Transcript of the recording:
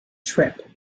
trip